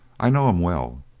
i know him well.